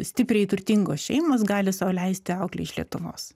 stipriai turtingos šeimos gali sau leisti auklę iš lietuvos